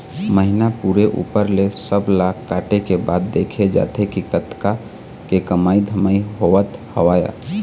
महिना पूरे ऊपर ले सब ला काटे के बाद देखे जाथे के कतका के कमई धमई होवत हवय